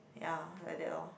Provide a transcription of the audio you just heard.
ya like that lor